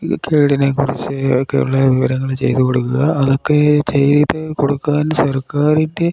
ഇത് കേടിനെക്കുറിച്ച് ഒക്കെയുള്ള വിവരങ്ങൾ ചെയ്തു കൊടുക്കുക അതൊക്കെ ചെയ്തു കൊടുക്കാൻ സർക്കാരിൻ്റെ